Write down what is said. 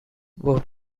were